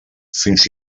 fins